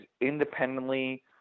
independently